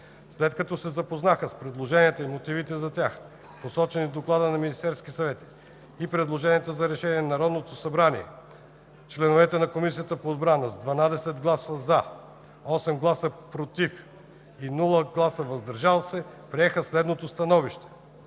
След като се запознаха с предложенията и мотивите за тях, посочени в Доклада на Министерския съвет, и предложенията за решение на Народното събрание, членовете на Комисията по отбрана с 12 гласа „за“, 8 гласа „против“ и без „въздържал се“ приеха следното становище: